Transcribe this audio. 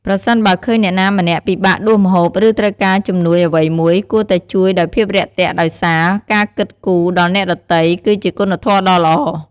ប្រសិនបើឃើញអ្នកណាម្នាក់ពិបាកដួសម្ហូប ឬត្រូវការជំនួយអ្វីមួយ គួរតែជួយដោយភាពរាក់ទាក់ដោយសារ ការគិតគូរដល់អ្នកដទៃគឺជាគុណធម៌ដ៏ល្អ។